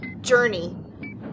journey